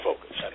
focus